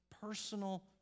personal